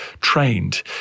trained